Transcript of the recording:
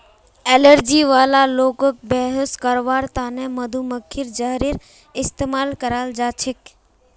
allergy वाला लोगक बेहोश करवार त न मधुमक्खीर जहरेर इस्तमाल कराल जा छेक